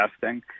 testing